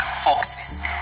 Foxes